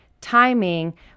timing